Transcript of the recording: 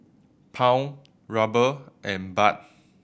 Pound Ruble and Baht